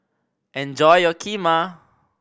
enjoy your Kheema